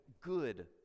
good